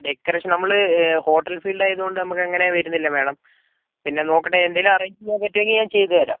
decoration നമ്മൾ hotel ഫീൽഡായതുകൊണ്ട് നമ്മൾക്കങ്ങനെ വരുന്നില്ല മാഡം പിന്നെ നോക്കട്ടേ എന്തെങ്കിലും അറേഞ്ച് ചെയ്യാൻ പറ്റുമെങ്കിൽ ഞാൻ ചെയ്തുതരാം